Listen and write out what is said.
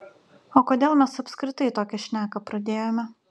o kodėl mes apskritai tokią šneką pradėjome